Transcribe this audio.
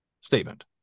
statement